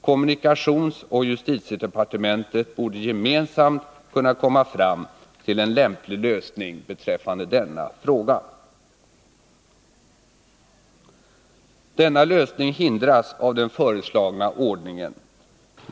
Kommunikationsoch justitiedepartementet borde gemensamt kunna komma fram till en lämplig lösning beträffande denna fråga.” Denna lösning hindras av den föreslagna ordningen.